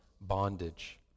bondage